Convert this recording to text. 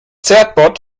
certbot